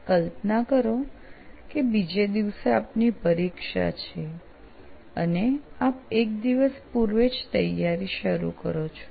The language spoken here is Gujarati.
કલ્પના કરો કે બીજે દિવસે આપની પરીક્ષા છે અને આપ એક દિવસ પૂર્વે જ તૈયારી શરુ કરો છો